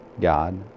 God